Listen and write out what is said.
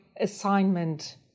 assignment